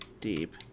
deep